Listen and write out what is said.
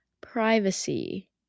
privacy